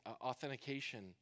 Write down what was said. authentication